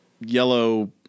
yellow